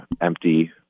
empty